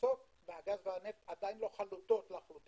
ההכנסות מהגז והנפט עדיין לא חלוטות לחלוטין.